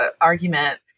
argument